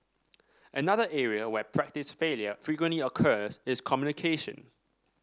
another area where practice failure frequently occurs is communication